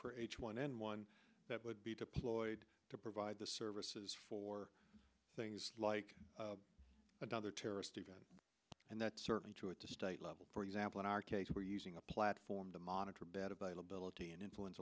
for h one n one that would be deployed to provide the services for things like another terrorist event and that's certainly true at the state level for example in our case we're using a platform to monitor bed availability and influen